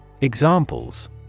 Examples